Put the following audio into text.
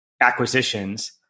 acquisitions